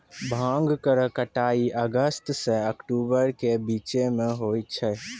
भांग केरो कटाई अगस्त सें अक्टूबर के बीचो म होय छै